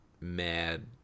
mad